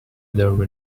other